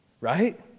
right